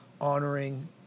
honoring